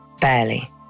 barely